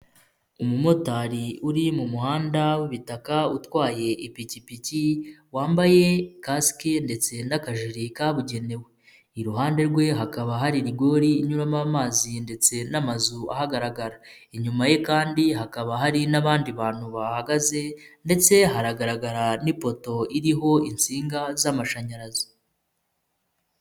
Umumotari uri mu muhanda w'ibitaka, utwaye ipikipiki, wambaye kasike ndetse n'akajire kabugenewe, iruhande rwe hakaba hari irigori inyuramo amazi ndetse n'amazu ahagaragara inyuma ye kandi hakaba hari n'abandi bantu bahagaze ndetse hanagaragara n'ipoto iriho insinga z'amashanyarazi.